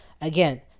Again